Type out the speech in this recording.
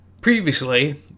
Previously